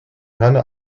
herne